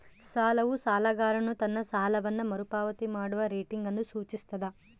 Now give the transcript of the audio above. ಸಾಲವು ಸಾಲಗಾರನು ತನ್ನ ಸಾಲವನ್ನು ಮರುಪಾವತಿ ಮಾಡುವ ರೇಟಿಂಗ್ ಅನ್ನು ಸೂಚಿಸ್ತದ